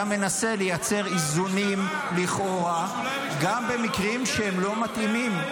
אתה מנסה לייצר איזונים לכאורה גם במקרים לא מתאימים.